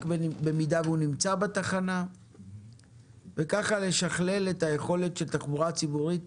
במידה והוא נמצא בתחנה וכך נשכלל את היכולת של תחבורה ציבורית